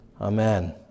amen